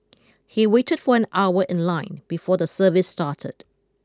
he waited for an hour in line before the service started